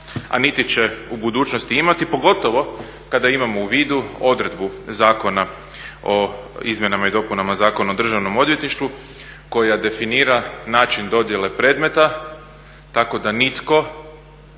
a niti će u budućnosti imati, pogotovo kada imamo u vidu odredbu zakona o izmjenama i dopunama Zakona o Državnom odvjetništvu koja definira način dodjele predmeta tako da nitko